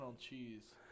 cheese